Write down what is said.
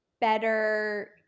better